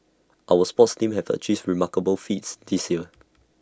our sports teams have achieved remarkable feats this year